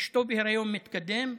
אשתו בהיריון מתקדם.